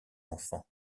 enfants